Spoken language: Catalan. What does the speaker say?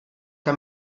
que